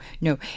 no